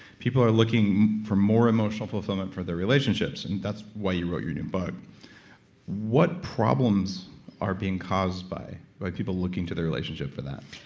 people are looking for more emotional fulfillment from their relationships and that's why you wrote your new book what problems are being caused by by people looking to their relationship for that?